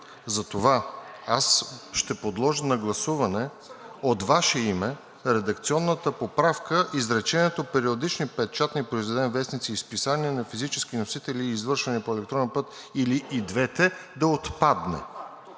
Затова аз ще подложа на гласуване от Ваше име редакционната поправка изречението „периодични печатни произведения, вестници и списания на физически носители, извършвани по електронен път или и двете“ да отпадне.